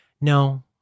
no